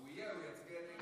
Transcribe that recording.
הוא יהיה, הוא יצביע נגד.